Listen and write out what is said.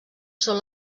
són